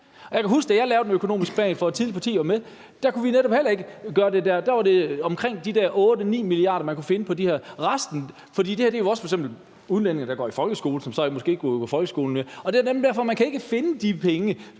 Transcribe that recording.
Jeg kan huske, at da jeg lavede en økonomisk plan for et tidligere parti, jeg var med i, kunne vi netop heller ikke gøre det der. Der var det omkring de der 8-9 mia. kr., man kunne finde. Med resten – det er f.eks. udlændinge, der går i folkeskolen, som så måske ikke går i folkeskolen mere – kan man ikke finde de penge